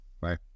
Right